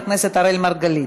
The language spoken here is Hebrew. חבר הכנסת מרגלית: